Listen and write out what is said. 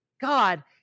God